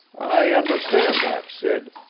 i understand that, sid,